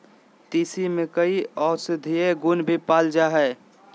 तीसी में कई औषधीय गुण भी पाल जाय हइ